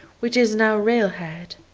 which is now railhead.